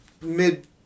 mid